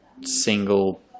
single